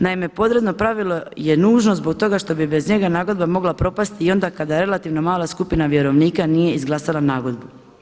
Naime podredno pravilo je nužno zbog toga što bi bez njega nagodba mogla propasti i onda kada relativno mala skupina vjerovnika nije izglasala nagodbu.